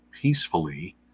peacefully